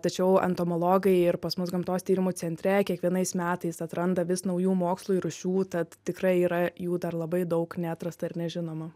tačiau entomologai ir pas mus gamtos tyrimų centre kiekvienais metais atranda vis naujų mokslui rūšių tad tikrai yra jų dar labai daug neatrasta ir nežinoma